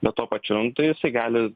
be to pačiun tai jisai gali